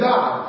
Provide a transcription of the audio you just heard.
God